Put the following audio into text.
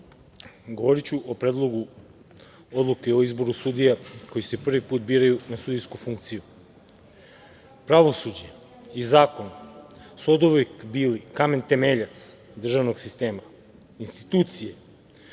govoriću o Predlogu odluke o izboru sudija koji se prvi put biraju na sudijsku funkciju. Pravosuđe i zakon su oduvek bili kamen temeljac državnog sistema, institucije